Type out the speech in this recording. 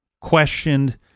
questioned